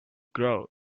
grow